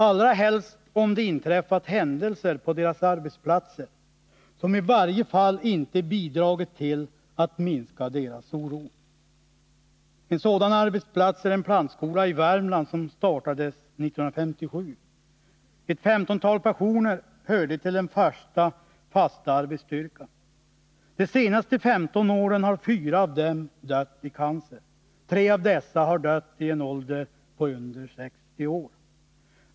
Allra helst om det har inträffat händelser på deras arbetsplatser som i varje fall inte har bidragit till att minska deras oro. En sådan arbetsplats är en plantskola i Värmland som startades 1957. Ett femtontal personer hörde till den första arbetsstyrkan. Under de senaste 15 åren har fyra av dem dött i cancer, tre av dessa var under 60 år.